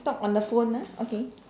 talk on the phone ah okay